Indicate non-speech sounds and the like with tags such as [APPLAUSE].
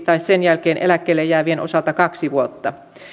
[UNINTELLIGIBLE] tai sen jälkeen eläkkeelle jäävien osalta kaksi vuotta